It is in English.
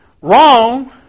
wrong